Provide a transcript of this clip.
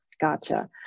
Gotcha